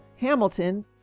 Hamilton